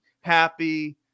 happy